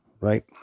right